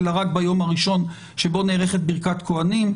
אלא רק ביום הראשון שבו נערכת ברכת כוהנים,